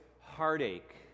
heartache